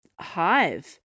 hive